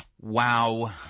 Wow